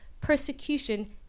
persecution